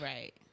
Right